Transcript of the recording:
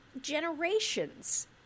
generations